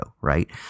right